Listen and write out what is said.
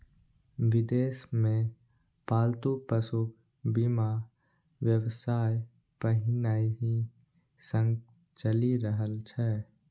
विदेश मे पालतू पशुक बीमा व्यवसाय पहिनहि सं चलि रहल छै